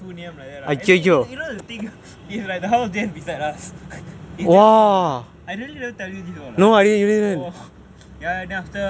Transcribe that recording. சூனியம்:sooniyam like that lah you know you know the thing it's like the house just beside us is damn small I never never tell you this all ah ya then after